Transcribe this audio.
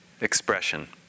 expression